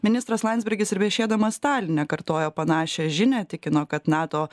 ministras landsbergis ir viešėdamas taline kartojo panašią žinią tikino kad nato